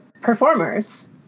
performers